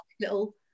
little